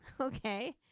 Okay